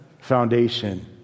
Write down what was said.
foundation